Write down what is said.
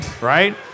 Right